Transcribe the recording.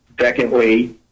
Secondly